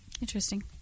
Interesting